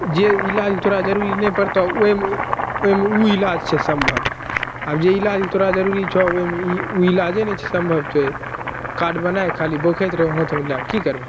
जे इलाजमे तोरा जरूरी नहि पड़तो ओहिमे ओहिमे इलाज छै सम्भव आ जे इलाजमे तोरा जरूरी छऽ ओइमे ई इलाजे नहि छै सम्भव छै कार्ड बनाएके खाली बौखैत रहू माथपर लै के की करबै